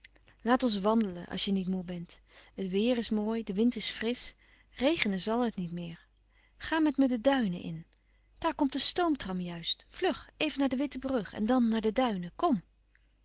laat ons wandelen als je niet moê bent het weêr is mooi de wind is frisch regenen zal het niet meer ga met me de duinen in daar komt de stoomtram juist vlug even naar de witte brug en dan naar de duinen kom